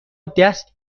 دست